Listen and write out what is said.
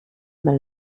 mal